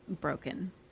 Broken